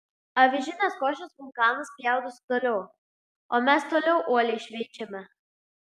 avižinės košės vulkanas spjaudosi toliau o mes toliau uoliai šveičiame